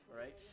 right